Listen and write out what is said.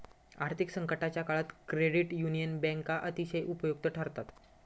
आर्थिक संकटाच्या काळात क्रेडिट युनियन बँका अतिशय उपयुक्त ठरतात